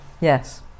Yes